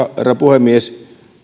puhemies